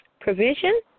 provision